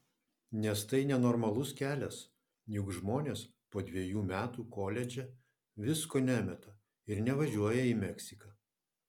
nes tai nenormalus kelias juk žmonės po dvejų metų koledže visko nemeta ir nevažiuoja į meksiką